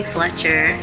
Fletcher